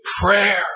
prayer